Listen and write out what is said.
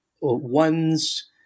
one's